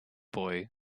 boy